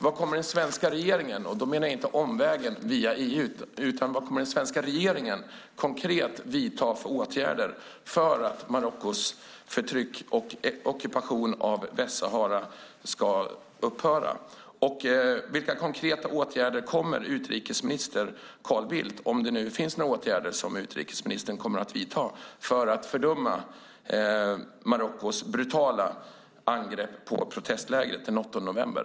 Vad kommer den svenska regeringen konkret att vidta för åtgärder, och då menar jag inte omvägen via EU, för att Marockos förtryck och ockupation av Västsahara ska upphöra? Vilka konkreta åtgärder, om det finns några, kommer utrikesminister Carl Bildt att vidta för att fördöma Marockos brutala angrepp på protestlägret den 8 november?